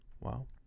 Wow